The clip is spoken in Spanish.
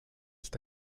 está